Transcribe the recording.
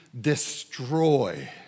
destroy